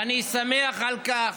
ואני שמח על כך